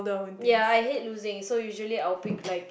ya I hate losing so usually I pick like